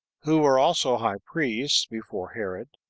who were also high priests before herod,